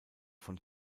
von